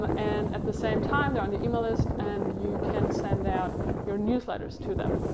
um and at the same time, they're on your email list and you can send out your newsletters to them.